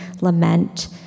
lament